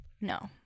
No